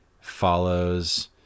follows